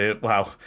wow